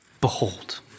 behold